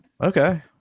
Okay